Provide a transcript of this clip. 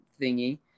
thingy